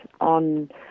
on